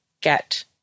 get